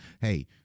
Hey